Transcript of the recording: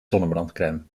zonnebrandcrème